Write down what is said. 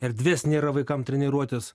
erdvės nėra vaikam treniruotis